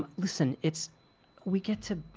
listen, it's we get to